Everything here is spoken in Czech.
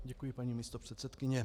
Děkuji, paní místopředsedkyně.